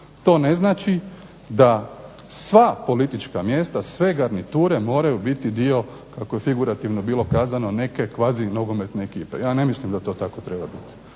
To ne znači da sva politička mjesta, sve garniture moraju biti dio kako je figurativno bilo kazano neke kvazi nogometne ekipe. Ja ne mislim da to tako treba biti.